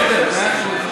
בסדר, מאה אחוז.